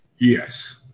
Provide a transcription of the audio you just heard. Yes